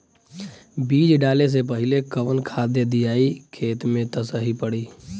बीज डाले से पहिले कवन खाद्य दियायी खेत में त सही पड़ी?